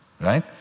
Right